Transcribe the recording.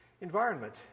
Environment